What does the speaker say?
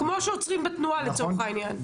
כמו שעוצרים בתנועה, לצורך העניין.